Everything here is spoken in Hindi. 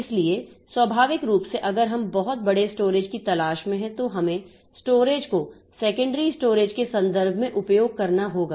इसलिए स्वाभाविक रूप से अगर हम बहुत बड़े स्टोरेज की तलाश में हैं तो हमें स्टोरेज को सेकेंडरी स्टोरेज के संदर्भ में उपयोग करना होगा